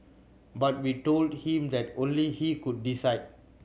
but we told him that only he could decide